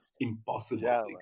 Impossible